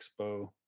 expo